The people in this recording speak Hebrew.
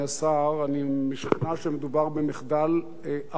אני משוכנע שמדובר במחדל ארוך ימים,